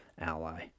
Ally